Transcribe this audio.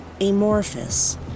amorphous